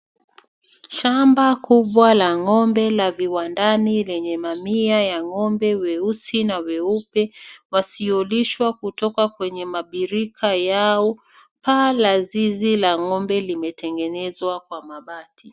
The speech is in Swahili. Shamba kubwa la ng'ombe la viwandani lenye mamia ya ng'ombe weusi na weupe wasiolishwa kutoka kwenye mabirika yao. Paa la zizi la ng'ombe limetengenezwa kwa mabati.